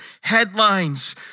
headlines